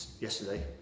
yesterday